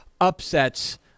upsets